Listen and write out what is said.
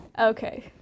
Okay